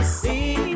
see